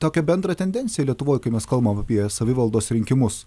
tokią bendrą tendenciją lietuvoj kai mes kalbam apie savivaldos rinkimus